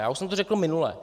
Já už jsem to řekl minule.